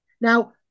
Now